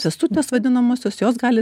sesutės vadinamosios jos gali